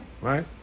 Right